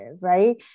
right